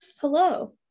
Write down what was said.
Hello